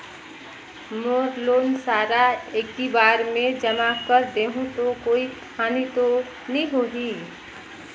मोर loan सारा एकी बार मे जमा कर देहु तो कोई हानि तो नी होही?